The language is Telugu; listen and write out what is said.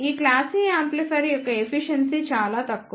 ఈ క్లాస్ A యాంప్లిఫైయర్ యొక్క ఎఫిషియెన్సీ చాలా తక్కువ